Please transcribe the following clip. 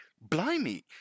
blimey